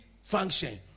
function